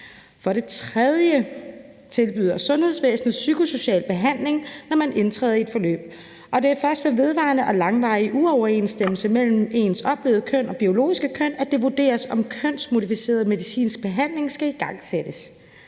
For det tredje tilbyder sundhedsvæsenet psykosocial behandling, når man indtræder i et forløb, og det er først ved vedvarende og langvarig uoverensstemmelse mellem ens oplevede køn og biologiske køn, at det vurderes, om kønsmodificerende medicinsk behandling skal igangsættes.